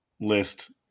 list